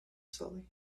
slowly